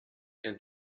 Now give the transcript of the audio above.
and